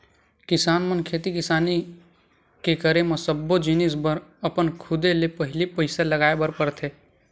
किसान मन खेती किसानी के करे म सब्बो जिनिस बर अपन खुदे ले पहिली पइसा लगाय बर परथे